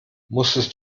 musstest